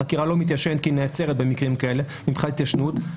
החקירה לא מתיישנת כי היא נעצרת במקרים כאלה מבחינת התיישנות,